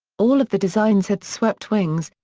all of the designs had swept wings,